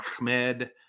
Ahmed